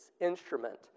instrument